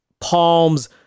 palms